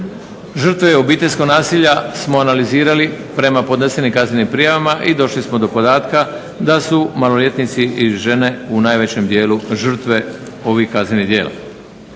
žrtve obiteljskog nasilja smo analizirali prema podnesenim kaznenim prijavama i došli smo do podatka da su maloljetnici i žene u najvećem dijelu žrtve ovih kaznenih djela.